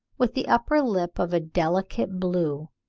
with the upper lip of a delicate blue,